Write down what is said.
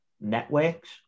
networks